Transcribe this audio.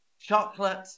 chocolate